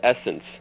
essence